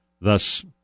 thus